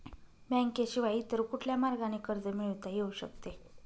बँकेशिवाय इतर कुठल्या मार्गाने कर्ज मिळविता येऊ शकते का?